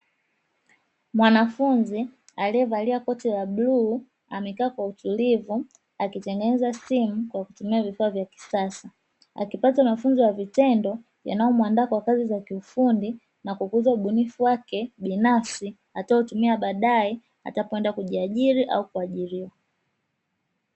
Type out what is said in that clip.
Mwanafunzi aliyevalia koti la blue amekaa kwa utulivu akitengeneza simu kwa kutumia vifaa vya kisasa akipata mafunzo ya vitendo yanayomwandaa kwa kazi za kiufundi na kukuza ubunifu wake binafsi ataotumia baadaye atakapoenda kujiajiri au kuajiriwa.